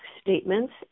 statements